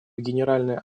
генеральная